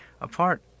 Apart